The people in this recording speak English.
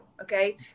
okay